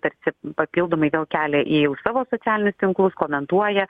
tarsi papildomai vėl kelia į jau savo socialinius tinklus komentuoja